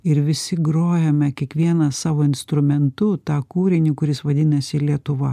ir visi grojame kiekvienas savo instrumentu tą kūrinį kuris vadinasi lietuva